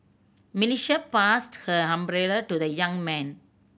Melissa passed her umbrella to the young man